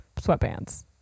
sweatpants